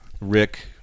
Rick